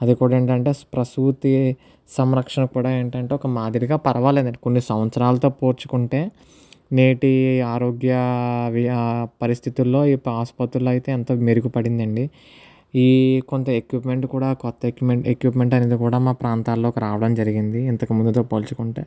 అది కూడా ఏంటంటే ప్రసూతి సంరక్షణ కూడా ఏంటంటే ఒక మాదిరిగా పర్వాలేదండి కొన్ని సంవత్సరాలతో పోల్చుకుంటే నేటి ఆరోగ్య వ్య పరిస్థితుల్లో ఈ ఆసుపత్రులైతే ఎంతో మెరుగుపడింది అండి ఈ కొంత ఎక్విప్మెంట్ కూడా కొత్త ఎక్వి ఎక్విప్మెంట్ అనేది కూడా మా ప్రాంతాలకు రావడం జరిగింది ఇంతకు ముందుతో పోల్చుకుంటే